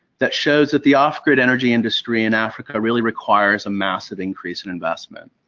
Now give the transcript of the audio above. that shows that the off-grid energy industry in africa really requires a massive increase in investment.